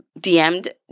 DM'd